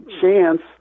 chance